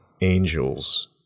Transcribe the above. angels